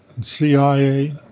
CIA